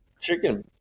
chicken